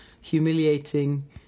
humiliating